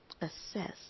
assess